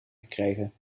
gekregen